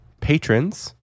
patrons